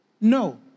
no